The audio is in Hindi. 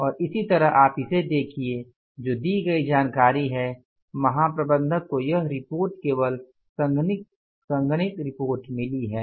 और इसी तरह आप इसे देखिये जो दी गई जानकारी है महाप्रबंधक को यह रिपोर्ट केवल संघनित रिपोर्ट मिली है